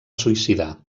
suïcidar